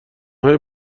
های